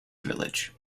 village